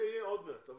עוד מעט זמן,